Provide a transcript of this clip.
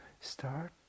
start